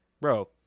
Bro